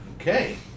Okay